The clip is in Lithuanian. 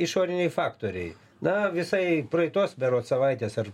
išoriniai faktoriai na visai praeitos berods savaitės ar